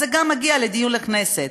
אז זה גם מגיע לדיון בכנסת,